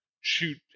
shoot